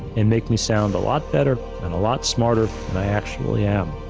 and make me sound a lot better and a lot smarter than i actually am.